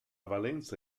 valenza